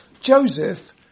Joseph